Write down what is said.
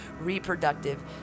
reproductive